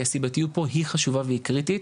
כי הסיבתיות פה היא חשובה והיא קריטית.